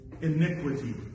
iniquity